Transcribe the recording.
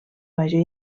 major